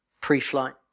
pre-flight